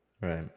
right